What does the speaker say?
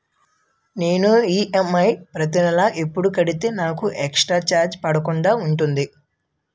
నేను ఈ.ఎం.ఐ ప్రతి నెల ఎపుడు కడితే నాకు ఎక్స్ స్త్ర చార్జెస్ పడకుండా ఉంటుంది?